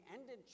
ended